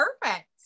perfect